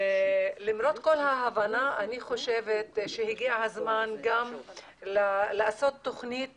למרות כל ההבנה אני חושבת שהגיע הזמן גם לעשות תוכנית